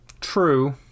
true